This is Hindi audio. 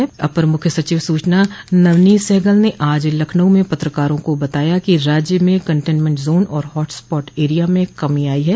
प्रदेश के अपर मुख्य सचिव सूचना नवनीत सहगल ने आज लखनऊ में पत्रकारों को बताया कि राज्य में कंटेनमेंट जोन और हॉट स्पॉट एरिया में कमी आई है